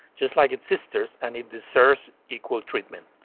just like its sisters, and it deserves equal treatment.